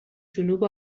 جنوب